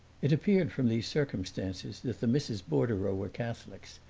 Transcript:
it appeared from these circumstances that the misses bordereau were catholics,